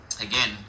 again